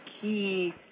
key